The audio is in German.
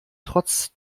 trotz